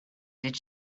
did